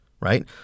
right